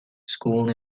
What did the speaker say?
school